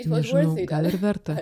nežinau gal ir verta